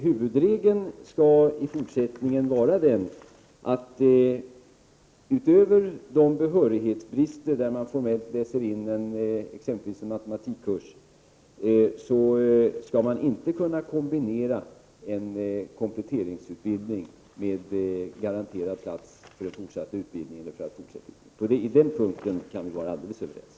Huvudregeln skall i fortsättningen vara att man förutom i sådana fall där man på grund av avsaknad av behörighet formellt läser in exempelvis en matematikkurs inte skall kunna kombinera en kompletteringsutbildning med en garanterad plats i fortsatt utbildning. På den punkten kan vi vara alldeles överens.